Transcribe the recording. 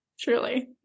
Truly